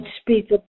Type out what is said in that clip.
speak